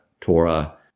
Torah